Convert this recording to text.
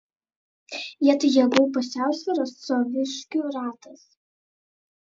vietoj jėgų pusiausvyros saviškių ratas